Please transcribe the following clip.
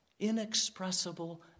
inexpressible